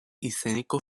izeneko